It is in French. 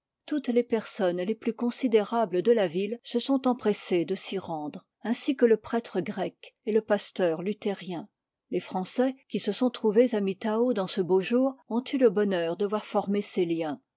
toutes les personnes les plus considérables de la ville se sont empressées de s'y rendre ainsi que le prêtre grec et le pasteur luthérien les français qui se sont trouvés à mittau dans ce beau jour ont eu le bonheur de voir former ces liens